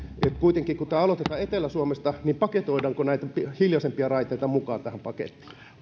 kun tämä kuitenkin aloitetaan etelä suomesta niin paketoidaanko näitä hiljaisempia raiteita mukaan tähän pakettiin